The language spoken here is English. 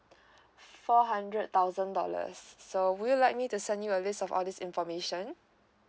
four hundred thousand dollars so would you like me to send you a list of all this information